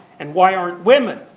and why aren't women?